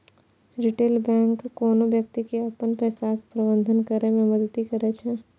retail bank कोनो व्यक्ति के अपन पैसाक प्रबंधन करै मे मदति करै छै